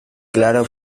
claro